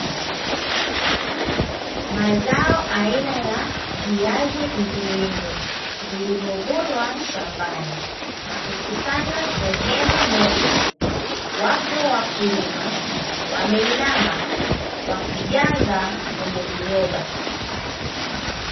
Mazao aina ya viazi mviringo, vilivyovunwa shambani na kukusanywa sehemu moja, wapo wakulima wameinama wakijaza kwenye viroba.